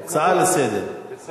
בסדר.